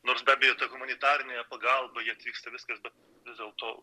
nors be abejo ta humanitarinė pagalba ji atvyksta viskas bet vis dėlto